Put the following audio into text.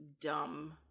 dumb